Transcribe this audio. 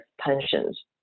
pensions